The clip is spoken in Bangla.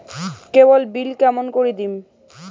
কেবল বিল কেমন করি দিম?